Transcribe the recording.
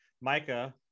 Micah